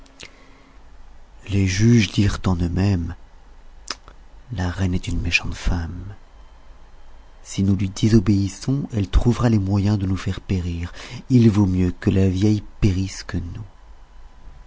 les juges dirent en eux-mêmes la reine est une méchante femme si nous lui désobéissons elle trouvera le moyen de nous faire périr il vaut mieux que la vieille périsse que nous